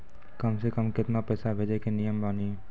कम से कम केतना पैसा भेजै के नियम बानी?